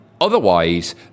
Otherwise